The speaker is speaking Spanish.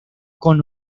con